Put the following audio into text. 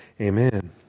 amen